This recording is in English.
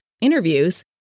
interviews